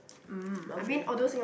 mm okay